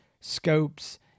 scopes